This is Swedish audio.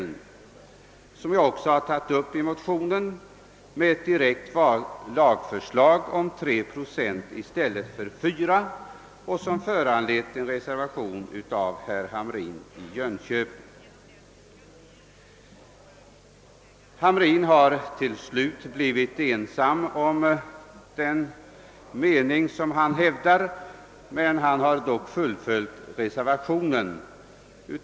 Denna fråga har jag också tagit upp i motionen med ett direkt förslag om 3 procent i stället för 4, vilket föranlett en reservation av herr Hamrin i Jönköping. Herr Hamrin har till slut blivit ensam om den mening som han hävdar, men han har dock fullföljt reservationen.